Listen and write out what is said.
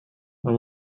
man